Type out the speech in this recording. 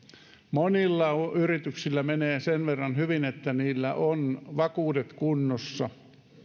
monilla yrityksillä menee sen verran hyvin että niillä on vakuudet kunnossa